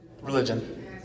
Religion